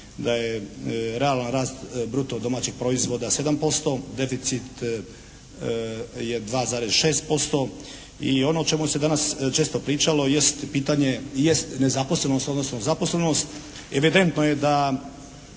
da je realan rast bruto domaćeg proizvoda 7%, deficit je 2,6% i ono o čemu se danas često pričalo jest pitanje jest nezaposlenost, odnosno zaposlenost. Evidentno je da